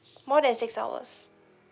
more than six hours